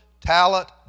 talent